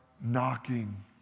knocking